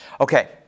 okay